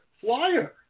flyer